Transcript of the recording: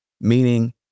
meaning